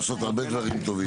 לעשות הרבה דברים טובים.